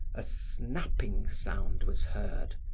a snapping sound was heard,